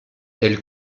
elle